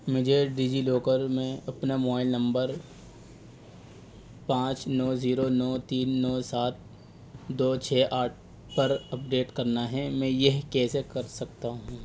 مجھے DigiLocker میں اپنا موائل نمبر پانچ نو زیرو نو تین نو سات دو چھ آٹھ پر اپڈیٹ کرنا ہے میں یہ کیسے کر سکتا ہوں